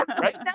right